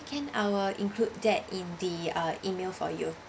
can I will include that in the uh email for you